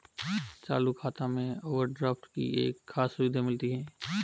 चालू खाता में ओवरड्राफ्ट की एक खास सुविधा मिलती है